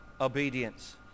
obedience